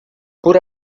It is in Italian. pur